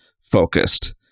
focused